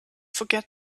forget